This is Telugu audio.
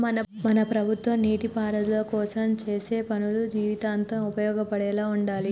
మన ప్రభుత్వం నీటిపారుదల కోసం చేసే పనులు జీవితాంతం ఉపయోగపడేలా ఉండాలి